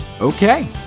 Okay